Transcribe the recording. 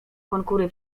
konkury